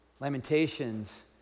Lamentations